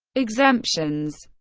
exemptions